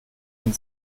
den